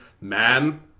Man